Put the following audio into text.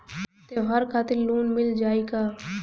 त्योहार खातिर लोन मिल जाई का?